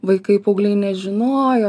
vaikai paaugliai nežinojo